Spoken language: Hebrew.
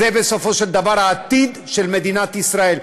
זה בסופו של דבר העתיד של מדינת ישראל.